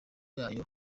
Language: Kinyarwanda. y’ayo